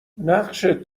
نقشت